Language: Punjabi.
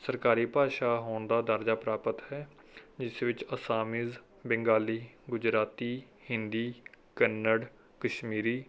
ਸਰਕਾਰੀ ਭਾਸ਼ਾ ਹੋਣ ਦਾ ਦਰਜਾ ਪ੍ਰਾਪਤ ਹੈ ਇਸ ਵਿੱਚ ਅਸਾਮੀ ਬੰਗਾਲੀ ਗੁਜਰਾਤੀ ਹਿੰਦੀ ਕੰਨੜ ਕਸ਼ਮੀਰੀ